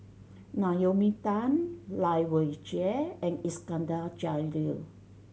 Naomi Tan Lai Weijie and Iskandar Jalil